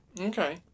Okay